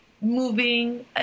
moving